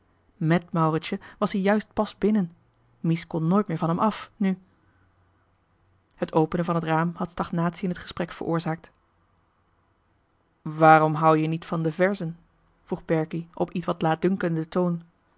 mèt mauritsje was ie juist pas binnen mies kon nooit meer van hem af nu het openen van het raam had stagnatie in het gesprek veroorzaakt waarom hou je niet van de verzen vroeg berkie op ietwat laatdunkenden toon